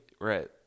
Right